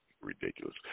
Ridiculous